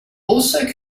also